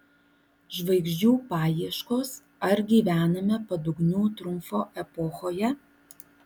žvaigždžių paieškos ar gyvename padugnių triumfo epochoje